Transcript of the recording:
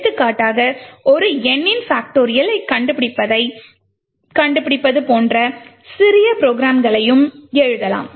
எடுத்துக்காட்டாக ஒரு எண்ணின் பாக்டோரியல் கண்டுபிடிப்பதை போன்ற சிறிய ப்ரோக்ராம்களை எழுதலாம்